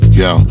yo